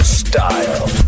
style